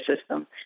system